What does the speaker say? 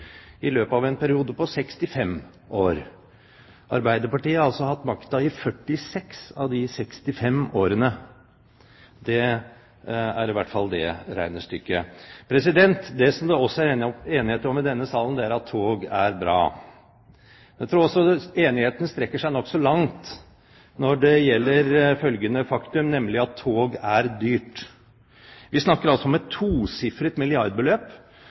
i løpet av en periode på 65 år. Arbeiderpartiet har altså hatt makten i 46 av de 65 årene. Det er i hvert fall det regnestykket. Det som det også er enighet om i denne salen, er at tog er bra. Jeg tror også enigheten strekker seg nokså langt når det gjelder følgende faktum, nemlig at tog er dyrt. Vi snakker altså om et tosifret milliardbeløp